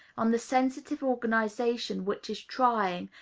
on the sensitive organization which is trying,